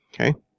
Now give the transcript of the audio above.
Okay